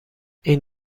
این